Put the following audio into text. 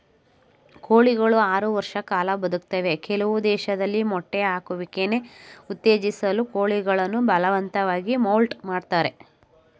ಕೋಳಿಗಳು ಆರು ವರ್ಷ ಕಾಲ ಬದುಕ್ತವೆ ಕೆಲವು ದೇಶದಲ್ಲಿ ಮೊಟ್ಟೆ ಹಾಕುವಿಕೆನ ಉತ್ತೇಜಿಸಲು ಕೋಳಿಗಳನ್ನು ಬಲವಂತವಾಗಿ ಮೌಲ್ಟ್ ಮಾಡ್ತರೆ